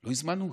לא הזמנו אותו.